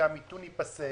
שהמיתון ייפסק,